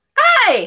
hi